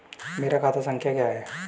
मेरा खाता संख्या क्या है?